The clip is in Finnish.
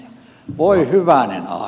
voi hyvänen aika